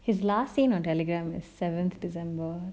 his last seen on telegram is seventh december